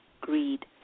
greed